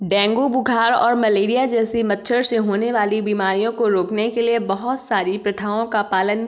dengue बुखार और malaria जैसी मच्छर से होने वाली बीमारियों को रोकने के लिए बहुत सारी प्रथाओं का पालन